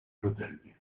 fratelli